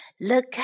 Look